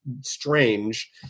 strange